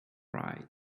ride